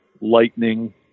lightning